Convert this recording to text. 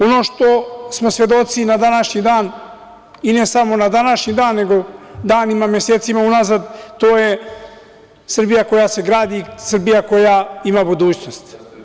Ono što smo svedoci na današnji dan, i ne samo na današnji dan, nego danima, mesecima unazad, to je Srbija koja se gradi, Srbija koja ima budućnost.